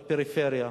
בפריפריה,